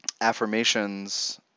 affirmations